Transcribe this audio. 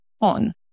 on